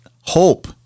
hope